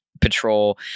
patrol